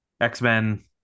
X-Men